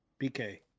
BK